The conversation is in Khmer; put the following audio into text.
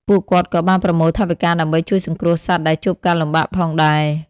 ពួកគាត់ក៏បានប្រមូលថវិកាដើម្បីជួយសង្គ្រោះសត្វដែលជួបការលំបាកផងដែរ។